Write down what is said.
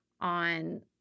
on